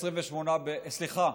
סליחה,